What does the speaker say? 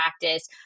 practice